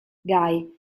guy